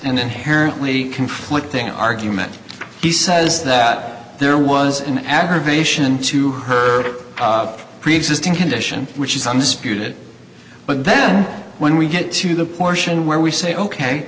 an inherently conflicting argument he says that there was an aggravation to her pre existing condition which is on the spirit but then when we get to the portion where we say ok